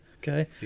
okay